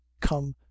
come